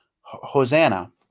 Hosanna